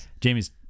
Jamie's